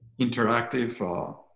interactive